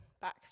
back